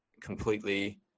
completely